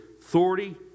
authority